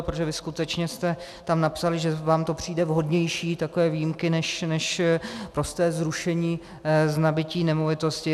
Protože vy skutečně jste tam napsali, že vám to přijde vhodnější, takové výjimky, než prosté zrušení z nabytí nemovitosti.